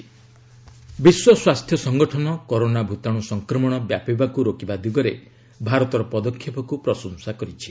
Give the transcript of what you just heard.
WHO India ବିଶ୍ୱ ସ୍ୱାସ୍ଥ୍ୟ ସଂଗଠନ କରୋନା ଭୂତାଣୁ ସଂକ୍ରମଣ ବ୍ୟାପିବାକୁ ରୋକିବା ଦିଗରେ ଭାରତର ପଦକ୍ଷେପକୁ ପ୍ରଶଂସା କରିଛି